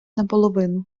наполовину